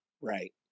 Right